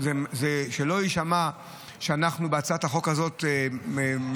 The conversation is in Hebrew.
שלא יישמע שאנחנו בהצעת החוק הזאת מזניחים